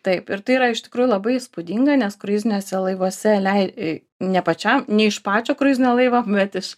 taip ir tai yra iš tikrųjų labai įspūdinga nes kruiziniuose laivuose lei ne pačiam ne iš pačio kruizinio laivo bet iš